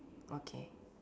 okay